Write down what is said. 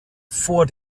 vor